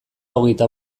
hogeita